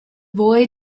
boy